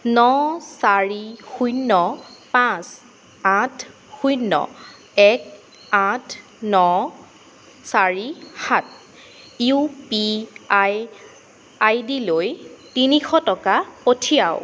ন চাৰি শূন্য পাঁচ আঠ শূন্য এক আঠ ন চাৰি সাত ইউ পি আই আই ডিলৈ তিনিশ টকা পঠিৱাওক